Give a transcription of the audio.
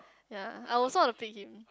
ya I also want to pick him